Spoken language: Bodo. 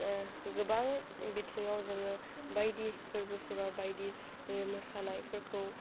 गोबां बिथिङाव जोङो बायदि फोरबोफोराव बायदि मोसानायफोरखौ